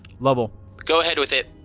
lovell go ahead with it.